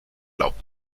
glaubt